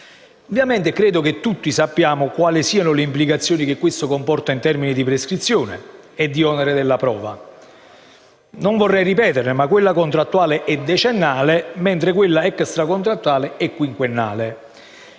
telemedicina. Credo che tutti conosciamo quali siano le implicazioni che ciò comporta in termini di prescrizione e di onere della prova. Non vorrei ripeterle, ma quella contrattuale è decennale, quella extracontrattuale è quinquennale.